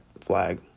flag